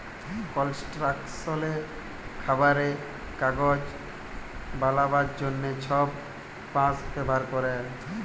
কলস্ট্রাকশলে, খাবারে, কাগজ বালাবার জ্যনহে ছব বাঁশ ব্যাভার ক্যরে